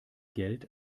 geld